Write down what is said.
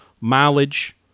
mileage